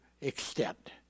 extent